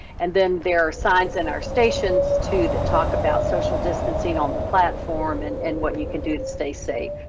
and then there signs in our stations, too, that talk about social distancing on the platform and and what you can do to stay safe.